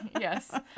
Yes